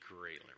greatly